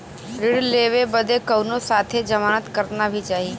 ऋण लेवे बदे कउनो साथे जमानत करता भी चहिए?